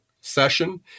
session